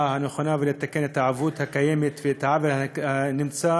הנכונה לתקן את העיוות הקיים ואת העוול הנמצא,